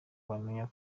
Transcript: wamenya